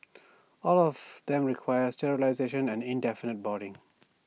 all of them require sterilisation and indefinite boarding